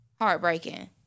Heartbreaking